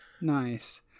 nice